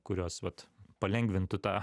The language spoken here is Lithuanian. kurios vat palengvintų tą